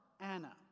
Anna